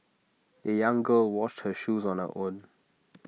the young girl washed her shoes on her own